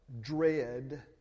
dread